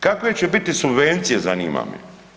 Kakve će biti subvencije, zanima me?